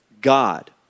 God